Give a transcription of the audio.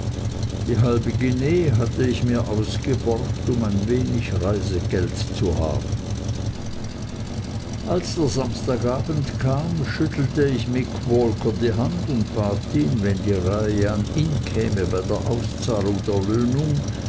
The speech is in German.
die halbe guinee hatte ich mir ausgeborgt um ein wenig reisegeld zu haben als der samstagabend kam schüttelte ich mick walker die hand und bat ihn wenn die reihe an ihn käme bei auszahlung der löhnung